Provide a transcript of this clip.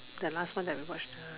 the last one that we watch the